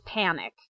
panic